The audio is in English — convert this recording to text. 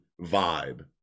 vibe